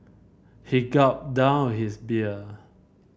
he gulped down his beer